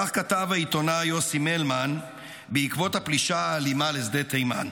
כך כתב העיתונאי יוסי מלמן בעקבות הפלישה האלימה לשדה תימן.